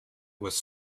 was